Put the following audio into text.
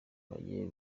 bagiye